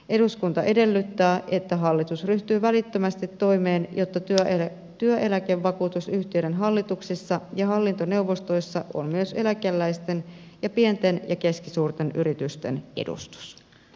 eduskunta edellyttää että hallitus ryhtyy välittömästi toimenpiteisiin jotta työeläkevakuutusyhtiöiden hallituksissa ja hallintoneuvostoissa on myös eläkeläisten ja pienten ja keskisuurten yritysten edustus